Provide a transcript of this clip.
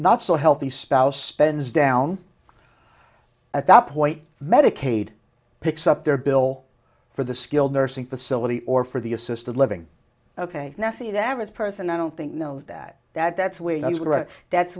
not so healthy spouse spends down at that point medicaid picks up their bill for the skilled nursing facility or for the assisted living ok now see the average person i don't think know that that that's